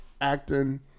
acting